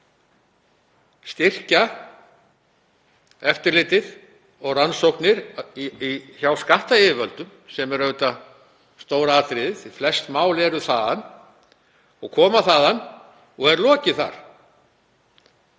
að styrkja eftirlitið og rannsóknir hjá skattyfirvöldum, sem er auðvitað stóra atriðið — flest mál eru þaðan, koma þaðan og er lokið þar